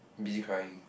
bee crying